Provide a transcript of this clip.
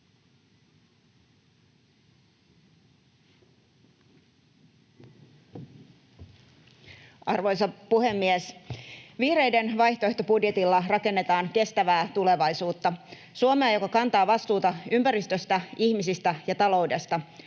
Arvoisa puhemies! Vihreiden vaihtoehtobudjetilla rakennetaan kestävää tulevaisuutta: Suomea, joka kantaa vastuuta ympäristöstä, ihmisistä ja taloudesta,